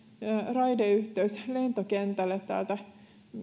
raideyhteys lentokentälle täältä